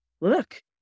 look